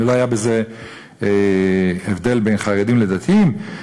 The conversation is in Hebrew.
ולא היה בזה הבדל בין חרדים לדתיים.